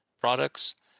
products